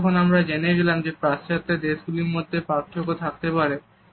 এখন যখন আমরা জেনে গেলাম যে পাশ্চাত্যের দেশগুলির মধ্যে ও পার্থক্য থাকতে পারে